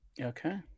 okay